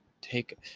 take